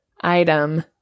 item –